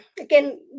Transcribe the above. again